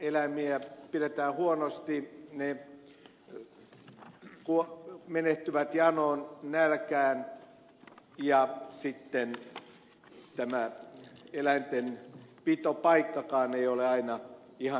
eläimiä pidetään huonosti ne menehtyvät janoon nälkään ja sitten tämä eläinten pitopaikkakaan ei ole aina ihan selvillä